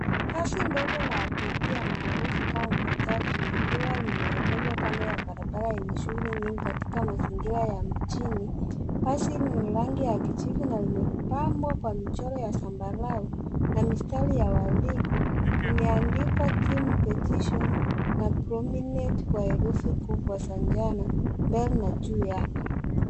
Basi ndogo la abiria maarufu kama matatu likiwa limeegezwa kando ya barabara yenye shughuli nyingi katika mazingira ya mjini. Basi ni rangi ya kijivu na yameambwa kwa michoro ya zambarau na mistari ya waridi imeandikwa Team etition na Prominent kwa herufi kubwa za njano mbele juu yake.